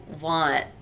want